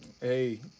hey